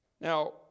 Now